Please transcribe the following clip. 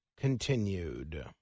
continued